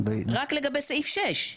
רק לגבי סעיף 6,